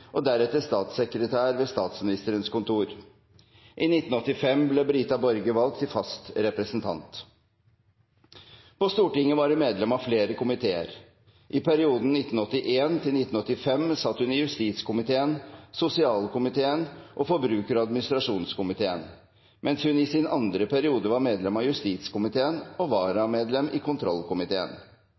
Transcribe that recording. og deretter statssekretær ved Statsministerens kontor. I 1985 ble Brita Borge valgt til fast representant. På Stortinget var hun medlem av flere komiteer. I perioden 1981–1985 satt hun i justiskomiteen, sosialkomiteen og forbruker- og administrasjonskomiteen, mens hun i sin andre periode var medlem av justiskomiteen og varamedlem i kontrollkomiteen.